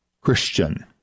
Christian